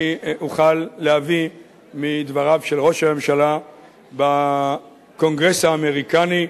אני אוכל להביא מדבריו של ראש הממשלה בקונגרס האמריקני,